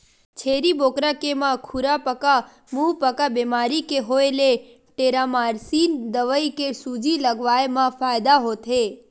छेरी बोकरा के म खुरपका मुंहपका बेमारी के होय ले टेरामारसिन दवई के सूजी लगवाए मा फायदा होथे